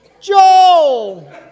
Joel